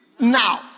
Now